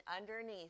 underneath